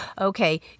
okay